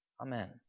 Amen